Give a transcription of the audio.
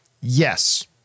yes